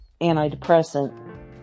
antidepressant